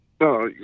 No